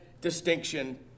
distinction